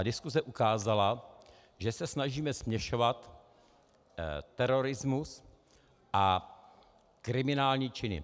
Diskuze ukázala, že se snažíme směšovat terorismus a kriminální činy.